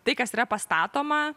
tai kas yra pastatoma